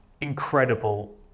incredible